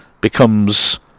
becomes